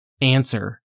answer